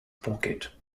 pocket